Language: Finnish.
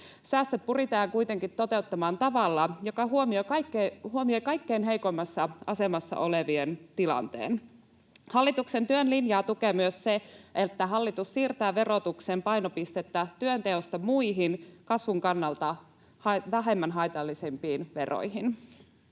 Säästöt pyritään kuitenkin toteuttamaan tavalla, joka huomioi kaikkein heikoimmassa asemassa olevien tilanteen. Hallituksen työn linjaa tukee myös se, että hallitus siirtää verotuksen painopistettä työnteosta muihin kasvun kannalta vähemmän haitallisiin veroihin.